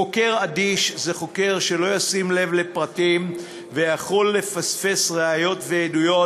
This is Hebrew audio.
חוקר אדיש זה חוקר שלא שם לב לפרטים ויכול לפספס ראיות ועדויות,